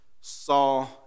saw